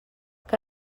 que